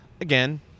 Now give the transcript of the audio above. Again